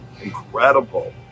incredible